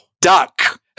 Duck